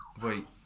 Wait